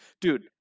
Dude